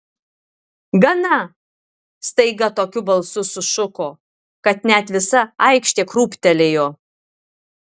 gana staiga tokiu balsu sušuko kad net visa aikštė krūptelėjo